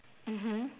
mmhmm